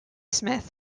smith